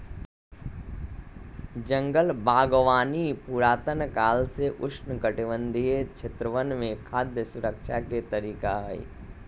जंगल बागवानी पुरातन काल से उष्णकटिबंधीय क्षेत्रवन में खाद्य सुरक्षा के तरीका हई